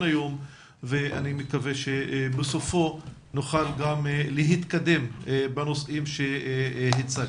היום ואני מקווה שבסופו נוכל גם להתקדם בנושאים שהצגתי.